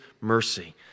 mercy